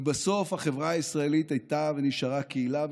ובסוף החברה הישראלית הייתה ונשארה קהילה,